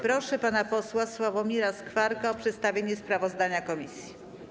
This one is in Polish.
Proszę pana posła Sławomira Skwarka o przedstawienie sprawozdania komisji.